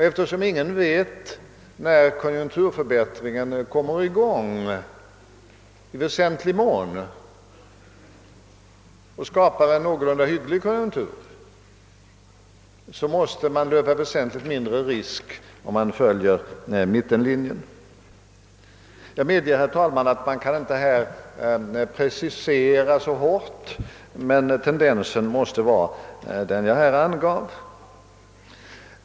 Eftersom ingen vet när konjunkturförbättringen kommer i gång i väsentlig utsträckning och skapar en någorlunda hygglig konjunktur, så måste man löpa väsentligt mindre risk om man följer mittenlinjens Jag medger, herr talman, att man inte kan precisera detta, men tendensen måste vara den jag här angivit.